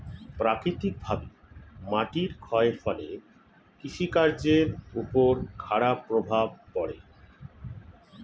প্রাকৃতিকভাবে মাটির ক্ষয়ের ফলে কৃষি কাজের উপর খারাপ প্রভাব পড়ে